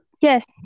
Yes